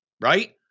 right